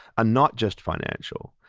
are not just financial.